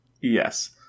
Yes